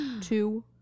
Two